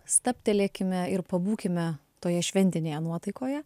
stabtelėkime ir pabūkime toje šventinėje nuotaikoje